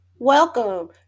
Welcome